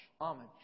homage